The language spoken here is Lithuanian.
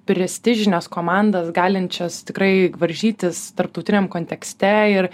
prestižines komandas galinčias tikrai varžytis tarptautiniam kontekste ir